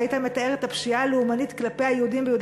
והיית מתאר את הפשיעה הלאומנית כלפי היהודים ביהודה